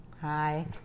Hi